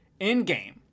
Endgame